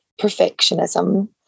perfectionism